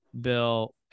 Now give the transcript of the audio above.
bill